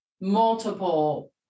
multiple